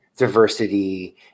diversity